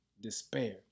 despair